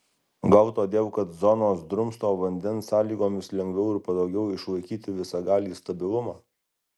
gal todėl kad zonos drumsto vandens sąlygomis lengviau ir patogiau išlaikyti visagalį stabilumą